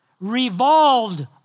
revolved